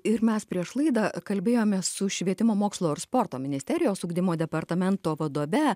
ir mes prieš laidą kalbėjomės su švietimo mokslo ir sporto ministerijos ugdymo departamento vadove